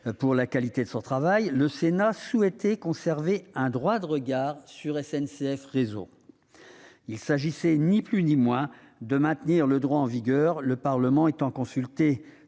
salue la qualité du travail, le Sénat souhaitait conserver un « droit de regard » sur SNCF Réseau. Il s'agissait ni plus ni moins de maintenir le droit en vigueur, le Parlement étant consulté